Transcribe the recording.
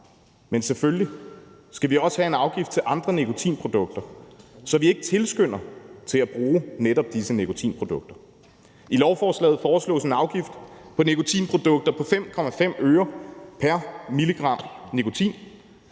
Men selvfølgelig skal vi også have en afgift på andre nikotinprodukter, så vi ikke tilskynder til at bruge netop disse nikotinprodukter. I lovforslaget foreslås en afgift på nikotinprodukter på 5,5 øre pr. mg nikotin.